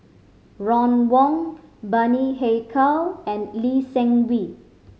Ron Wong Bani Haykal and Lee Seng Wee